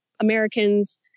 Americans